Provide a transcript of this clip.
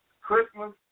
Christmas